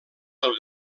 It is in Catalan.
del